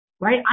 right